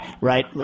right